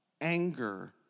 anger